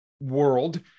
world